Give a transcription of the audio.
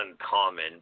uncommon